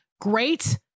great